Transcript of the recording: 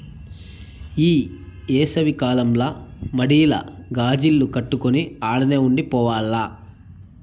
ఈ ఏసవి కాలంల మడిల గాజిల్లు కట్టుకొని ఆడనే ఉండి పోవాల్ల